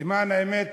למען האמת,